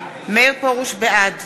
בעד